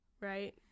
right